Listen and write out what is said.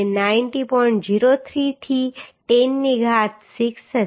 03 થી 10 ની ઘાત 6 હશે